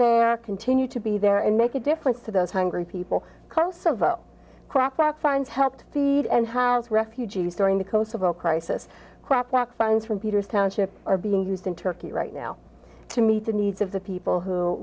are continuing to be there and make a difference to those hungry people kosovo crap that finds helped feed and house refugees during the kosovo crisis crap that funds from peter's township are being used in turkey right now to meet the needs of the people who